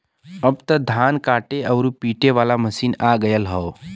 अब त धान काटे आउर पिटे वाला मशीन आ गयल हौ